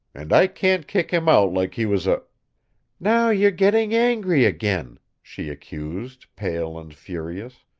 and i can't kick him out like he was a now you are getting angry again! she accused, pale and furious.